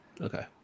Okay